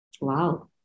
Wow